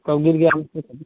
कब गिर गया